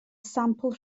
sampl